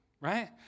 right